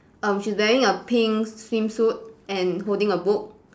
um she's wearing a pink swimsuit and holding a book